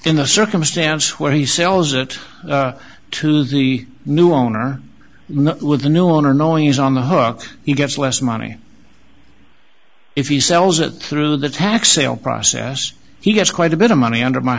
in a circumstance where he sells it to the new owner with the new owner knowing he's on the hook he gets less money if he sells it through the tax sale process he gets quite a bit of money under my